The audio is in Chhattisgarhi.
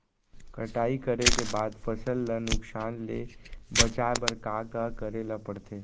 कटाई करे के बाद फसल ल नुकसान ले बचाये बर का का करे ल पड़थे?